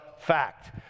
fact